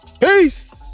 Peace